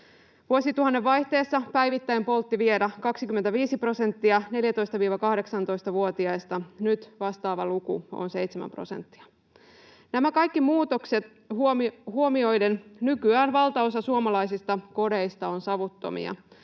Vuosituhannen vaihteessa päivittäin poltti vielä 25 prosenttia 14—18-vuotiaista, nyt vastaava luku on 7 prosenttia. Nämä kaikki muutokset huomioiden nykyään valtaosa suomalaisista kodeista on savuttomia.